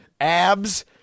abs